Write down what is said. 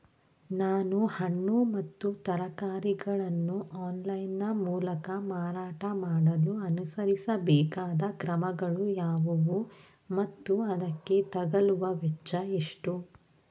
ನಾನು ಹಣ್ಣು ಮತ್ತು ತರಕಾರಿಗಳನ್ನು ಆನ್ಲೈನ ಮೂಲಕ ಮಾರಾಟ ಮಾಡಲು ಅನುಸರಿಸಬೇಕಾದ ಕ್ರಮಗಳು ಯಾವುವು ಮತ್ತು ಅದಕ್ಕೆ ತಗಲುವ ವೆಚ್ಚ ಎಷ್ಟು?